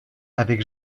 avec